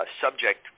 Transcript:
subject